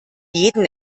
jeden